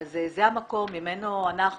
אז זה המקום ממנו אנחנו